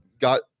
got